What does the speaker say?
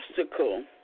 obstacle